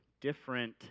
different